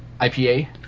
IPA